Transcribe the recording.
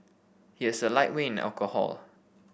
he is a lightweight in alcohol